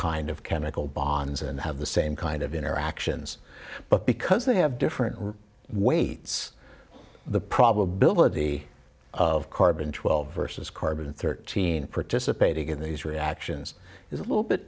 kind of chemical bonds and have the same kind of interactions but because they have different weights the probability of carbon twelve versus carbon thirteen participating in these reactions is a little bit